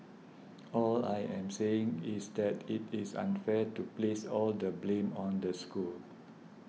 all I am saying is that it is unfair to place all the blame on the school